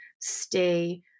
stay